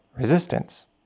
resistance